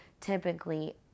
typically